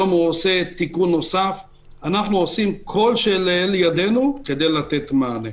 אנחנו עושים כל שלאל ידינו כדי לתת מענה.